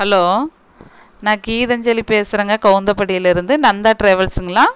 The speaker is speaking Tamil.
ஹலோ நான் கீதாஞ்சலி பேசுகிறேங்க கவுந்தப்பாடியிலேருந்து நந்தா ட்ராவல்ஸுங்களா